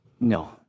No